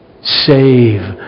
Save